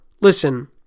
listen